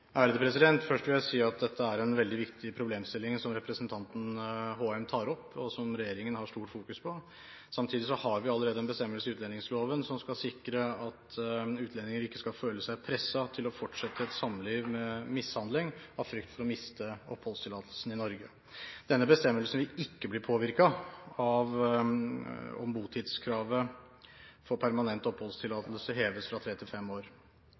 konkrete tiltak?» Først vil jeg si at dette er en veldig viktig problemstilling, som representanten Håheim tar opp, og som regjeringen har sterkt fokus på. Samtidig har vi allerede en bestemmelse i utlendingsloven, som skal sikre at utlendinger ikke skal føle seg presset til å fortsette et samliv med mishandling av frykt for å miste oppholdstillatelsen i Norge. Denne bestemmelsen vil ikke bli påvirket av om botidskravet for permanent oppholdstillatelse heves fra tre til fem år.